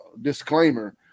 disclaimer